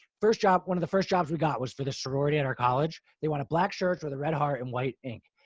first job, one of the first jobs we got was for the sorority at our college, they want a black shirt with a red heart and white ink.